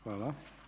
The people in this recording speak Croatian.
Hvala.